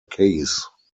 case